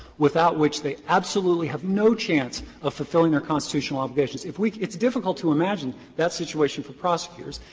without which they absolutely have no chance of fulfilling their constitutional obligations. if we it's difficult to imagine that situation for prosecutors.